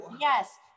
Yes